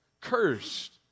Cursed